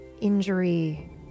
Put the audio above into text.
injury